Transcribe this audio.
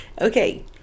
Okay